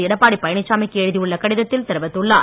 எடப்பாடி பழனிசாமிக்கு எழுதியுள்ள கடிதத்தில் தெரிவித்துள்ளார்